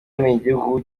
nigihugu